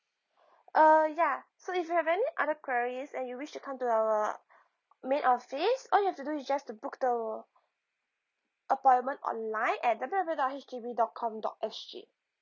uh ya so if you have any other queries and you wish to come to our main office all you have to do is just to book the appointment online at W W dot H D B dot com dot S G